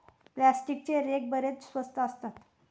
प्लास्टिकचे रेक बरेच स्वस्त असतात